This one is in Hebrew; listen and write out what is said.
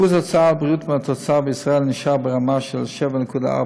שיעור ההוצאה על בריאות מהתוצר בישראל נשאר ברמה של 7.4%,